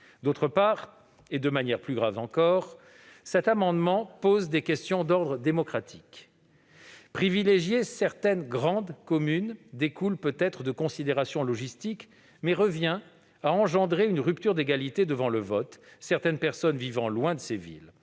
D'autre part, et de manière plus grave encore, cet amendement pose des questions d'ordre démocratique. Privilégier certaines grandes communes découle peut-être de considérations logistiques, mais revient à engendrer une rupture d'égalité devant le vote, certaines personnes vivant loin de ces villes.